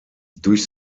durch